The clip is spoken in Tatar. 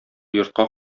йортка